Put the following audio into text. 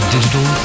Digital